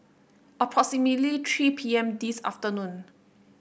approximately three P M this afternoon